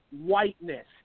whiteness